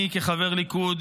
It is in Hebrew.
אני כחבר ליכוד,